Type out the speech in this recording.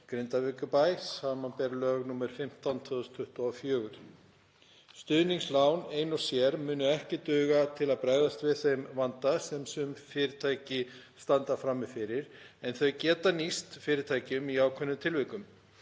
Grindavíkurbæ, sbr. lög nr. 15/2024. Stuðningslán ein og sér munu ekki duga til að bregðast við þeim vanda sem sum fyrirtæki standa frammi fyrir en þau geta nýst fyrirtækjum í ákveðnum tilvikum.